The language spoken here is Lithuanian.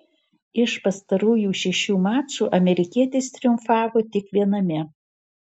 iš pastarųjų šešių mačų amerikietis triumfavo tik viename